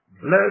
Bless